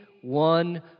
One